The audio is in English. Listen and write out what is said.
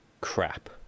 crap